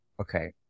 Okay